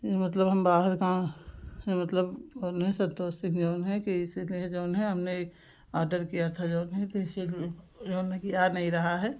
यह मतलब हम बाहर कहाँ हैं मतलब और नहीं संतोष है जो है कि इसीलिए जो है हमने यह आडर किया था जो है तो इसीलिए जो है कि आ नहीं रहा है